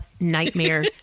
nightmare